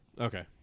Okay